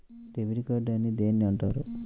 Debit card అని దేనిని అంటారు?